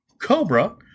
Cobra